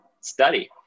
study